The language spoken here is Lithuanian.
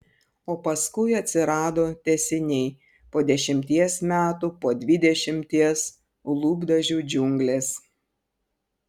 o paskui atsirado tęsiniai po dešimties metų po dvidešimties lūpdažių džiunglės